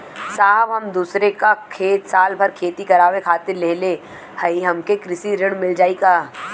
साहब हम दूसरे क खेत साल भर खेती करावे खातिर लेहले हई हमके कृषि ऋण मिल जाई का?